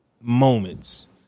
moments